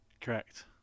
correct